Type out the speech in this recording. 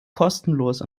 kostenlos